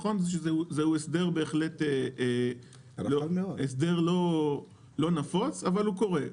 זה נכון שזהו הסדר בהחלט לא נפוץ, אבל הוא קורה.